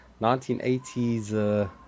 1980s